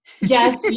Yes